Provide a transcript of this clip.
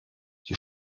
die